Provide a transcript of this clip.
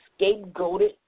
scapegoated